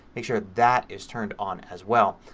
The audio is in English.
make sure that is turned on as well.